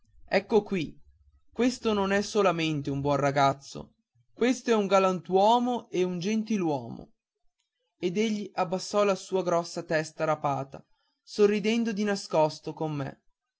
ecco qui questo non è solamente un buon ragazzo questo è un galantuomo e un gentiluomo ed egli abbassò la sua grossa testa rapata sorridendo di nascosto con me